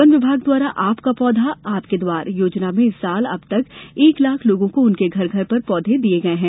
one विभाग द्वारा आपका पौधा आपके द्वार योजना में इस वर्ष अब तक एक लाख लोगों को उनके घर पर पौधे प्रदाय किये गये हैं